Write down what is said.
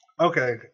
Okay